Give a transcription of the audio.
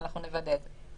אבל אנחנו נוודא את זה.